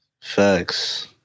Facts